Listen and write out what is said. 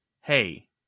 hey